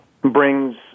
brings